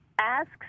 asks